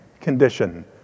condition